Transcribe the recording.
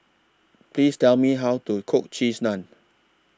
Please Tell Me How to Cook Cheese Naan